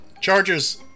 Chargers